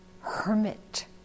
hermit